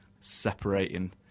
separating